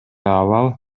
абал